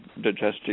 digestive